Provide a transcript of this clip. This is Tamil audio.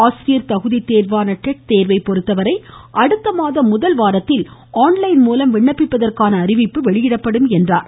ஆசிரியர் தகுதிதேர்வான டெட் தேர்வை பொறுத்தவரை அடுத்தமாதம் முதல் வாரத்தில் ஆன்லைன் மூலம் விண்ணப்பிப்பதற்கான அறிவிப்பு வெளியிடப்படும் என்றார்